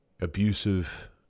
abusive